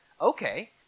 Okay